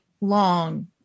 long